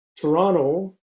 Toronto